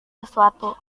sesuatu